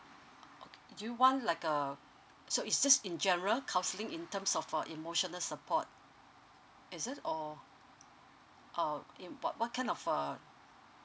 do you want like a so is just in general counselling in terms of uh emotional support is it or err in what what kind of a